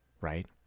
right